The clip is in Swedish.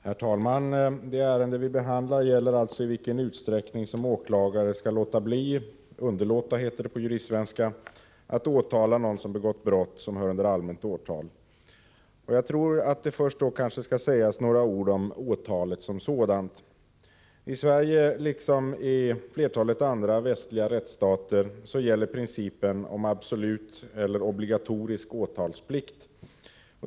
Herr talman! Det ärende vi nu behandlar gäller alltså i vilken utsträckning som åklagare skall låta bli — ”underlåta” heter det på juristsvenska — att åtala någon som begått brott som hör under allmänt åtal. Jag tror att det då först kanske skall sägas några ord om åtalet som sådant. I Sverige, liksom i flertalet andra västliga rättsstater, gäller principen om absolut eller obligatorisk åtalsplikt.